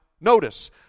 notice